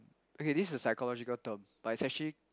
okay this is a psychological term but is actually